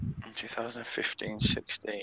2015-16